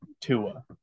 Tua